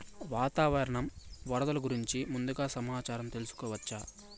వాతావరణం వరదలు గురించి ముందుగా సమాచారం తెలుసుకోవచ్చా?